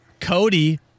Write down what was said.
Cody